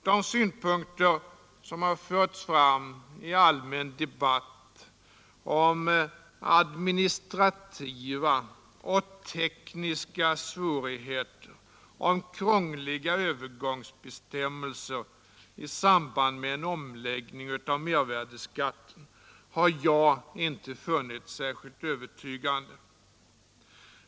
De synpunkter som anförts i den allmänna debatten rörande administrativa och tekniska svårigheter samt krångliga övergångsbestämmelser vid en omläggning av mervärdeskatten har jag inte funnit särskilt övertygande.